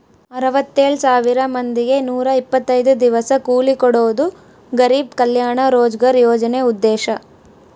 ಅರವತ್ತೆಳ್ ಸಾವಿರ ಮಂದಿಗೆ ನೂರ ಇಪ್ಪತ್ತೈದು ದಿವಸ ಕೂಲಿ ಕೊಡೋದು ಗರಿಬ್ ಕಲ್ಯಾಣ ರೋಜ್ಗರ್ ಯೋಜನೆ ಉದ್ದೇಶ